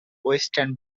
western